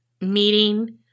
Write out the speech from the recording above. meeting